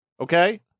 Okay